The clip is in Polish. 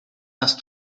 nas